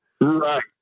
Right